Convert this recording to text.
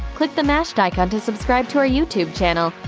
click the mashed icon to subscribe to our youtube channel.